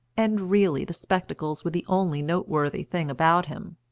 and really the spectacles were the only noteworthy thing about him.